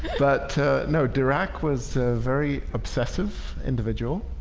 but no dirac was very obsessive individual